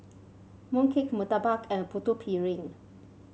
mooncake murtabak and Putu Piring